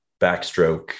backstroke